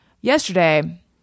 yesterday